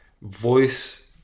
voice